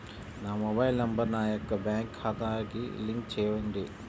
నా mobile number నా యొక్క బ్యాంక్ ఖాతాకి లింక్ చేయండీ?